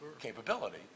capability